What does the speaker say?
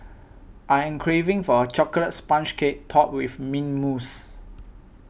I am craving for a Chocolate Sponge Cake Topped with Mint Mousse